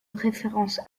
référence